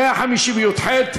150יח,